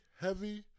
heavy